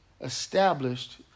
established